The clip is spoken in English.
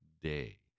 day